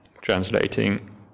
translating